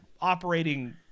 operating